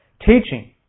teaching